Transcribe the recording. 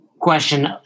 Question